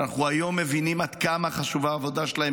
שאנחנו היום מבינים עד כמה חשובה העבודה שלהם,